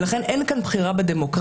לכן אין כאן פגיעה בדמוקרטיה,